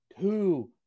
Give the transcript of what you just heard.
two